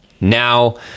now